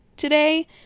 today